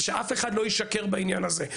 ושאף אחד לא ישקר בעניין הזה,